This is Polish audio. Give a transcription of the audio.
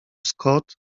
scott